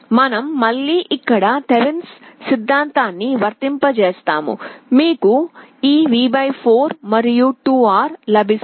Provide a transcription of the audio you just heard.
మనం మళ్ళీ ఇక్కడ థెవెనిన్ సిద్ధాంతాన్ని వర్తింపజేస్తాము మీకు ఈ V 4 మరియు 2R లభిస్తుంది